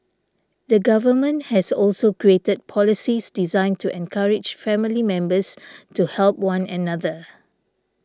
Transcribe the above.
the government has also created policies designed to encourage family members to help one another